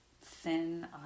thin